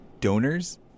donors